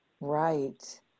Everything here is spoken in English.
Right